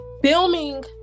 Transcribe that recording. filming